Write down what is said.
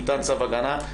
"ניתן צו הגנה",